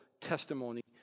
testimony